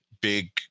big